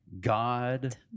God